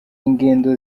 ingendo